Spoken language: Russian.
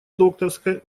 докторской